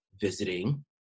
visiting